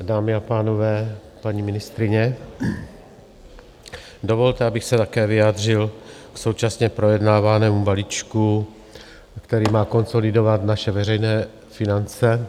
Dámy a pánové, paní ministryně, dovolte, abych se také vyjádřil k současně projednávanému balíčku, který má konsolidovat naše veřejné finance.